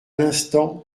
l’instant